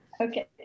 Okay